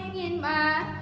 in my